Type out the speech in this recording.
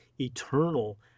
eternal